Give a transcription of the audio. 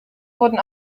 wurden